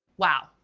wow.